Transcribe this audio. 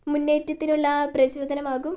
മുന്നേറ്റത്തിനുള്ള പ്രചോദനമാകും